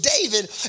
David